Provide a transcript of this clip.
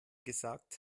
gesagt